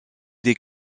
des